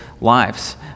lives